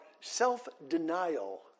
self-denial